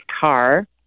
car